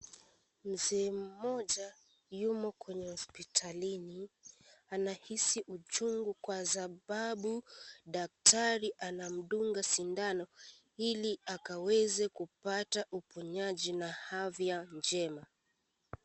Mzee mmoja yumo kwenye hospitalini anahisi uchungu kwa sababu daktari anamdunga sindano iliakaweze kupata uponyaji na afya njema.